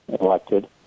elected